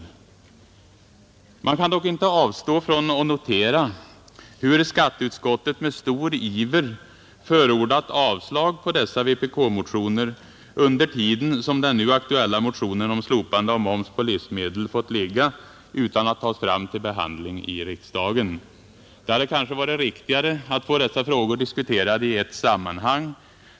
Man kan dock inte avstå från att notera hur skatteutskottet med stor iver förordat avslag på dessa vpk-motioner under tiden som den nu aktuella motionen om slopande av moms på livsmedel fått ligga utan att tas fram till behandling i riksdagen. Det hade kanske varit riktigare att få dessa frågor diskuterade i ett sammanhang.